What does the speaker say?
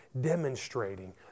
demonstrating